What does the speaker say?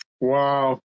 Wow